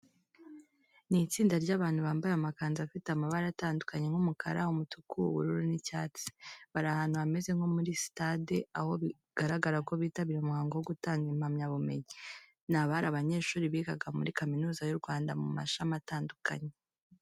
Ni itsinda ry'abantu bambaye amakanzu afite amabara atandukanye nk'umukara, umutuku, ubururu n'icyatsi. Bari ahantu hameze nko muri sitade, aho bigaragara ko bitabiriye umuhango wo gutanga impamyabumenyi. Ni abari abanyeshuri bigaga muri Kaminuza y'u Rwanda mu mashami atandukanye.